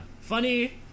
Funny